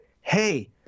hey